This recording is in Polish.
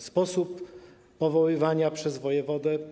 Sposób powoływania przez wojewodę.